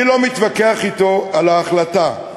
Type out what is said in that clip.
אני לא מתווכח אתו על ההחלטה,